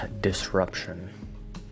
disruption